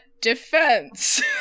defense